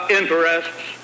interests